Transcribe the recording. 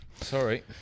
Sorry